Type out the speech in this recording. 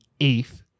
eighth